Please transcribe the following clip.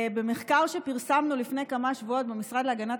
במחקר שפרסמנו לפני כמה שבועות במשרד להגנת